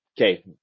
okay